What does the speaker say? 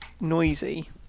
noisy